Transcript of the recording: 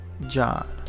John